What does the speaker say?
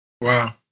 Wow